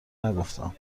نگفتم